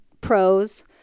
pros